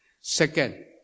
Second